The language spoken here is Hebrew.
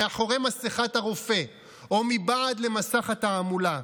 מאחורי מסכת הרופא או מבעד למסך התעמולה: